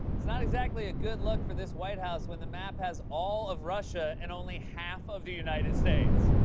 it's not exactly a good look for this white house when the map has all of russia and only half of the united states.